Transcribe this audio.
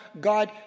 God